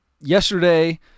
Yesterday